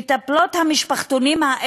מטפלות המשפחתונים,